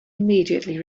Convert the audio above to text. immediately